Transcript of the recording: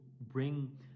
bring